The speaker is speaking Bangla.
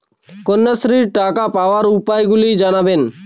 কন্যাশ্রীর টাকা পাওয়ার উপায়গুলি জানাবেন?